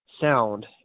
sound